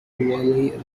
woolley